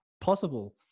possible